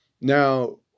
Now